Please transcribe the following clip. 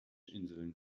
inseln